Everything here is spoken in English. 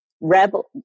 rebel